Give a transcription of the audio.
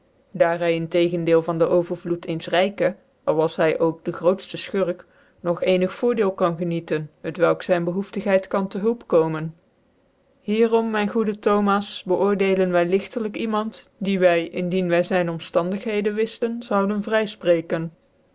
daar hy i tegendeel van dc overvloed cens rykc al was hy ook dc grootfte jcnurk nog ccnig voordeel kan genieën t welk zyn behoeftigheid kan te hulp komen hier om myn goede thomas beoordeeld wy ligtdijk iemand die wy i n wy zyn omftandigheden wiftcn zouden